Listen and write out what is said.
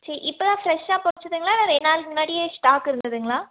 சே இப்போ தான் ஃப்ரெஷாக பறிச்சதுங்களா இல்லை ரெண்ட் நாளைக்கு முன்னாடியே ஸ்டாக் இருந்துதுங்களா